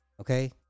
Okay